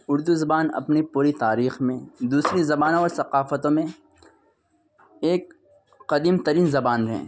اردو زبان اپنی پوری تاریخ میں دوسری زبانوں اور ثقافتوں میں ایک قدیم ترین زبان ہیں